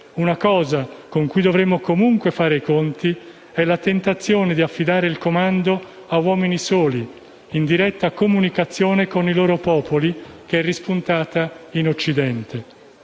una cosa con cui dovremo comunque fare i conti è la tentazione di affidare il comando a uomini soli, in diretta comunicazione con i loro popoli, che è rispuntata in Occidente.